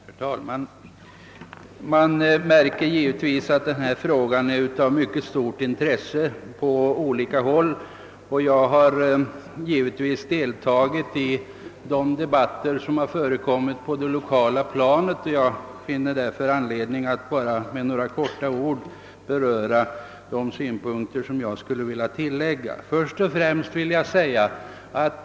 Herr talman! Man märker att det på olika håll finns ett mycket stort intresse för denna fråga. Jag har givetvis deltagit i de debatter som förekommit på det lokala planet, och jag finner därför anledning att i all korthet anföra de synpunkter jag har att tillägga.